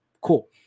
cool